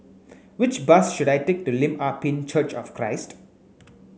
which bus should I take to Lim Ah Pin Church of Christ